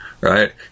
right